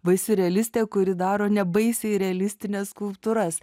baisi realistė kuri daro nebaisiai realistines skulptūras